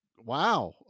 wow